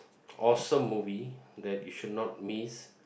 awesome movie that you should not miss